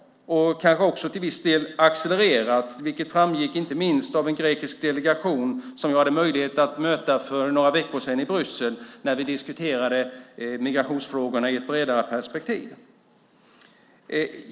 De har kanske också till viss del accelererat, vilket framgick inte minst av en grekisk delegation som vi hade möjlighet att möta för några veckor sedan i Bryssel när vi diskuterade migrationsfrågorna i ett bredare perspektiv.